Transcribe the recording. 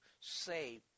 say